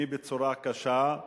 מי בצורה קשה,